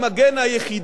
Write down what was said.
או העיקרי,